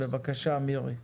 בבקשה מירי.